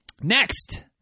Next